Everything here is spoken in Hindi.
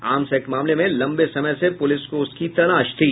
आर्म्स एक्ट मामले में लंबे समय से पुलिस को उसकी तालाश थी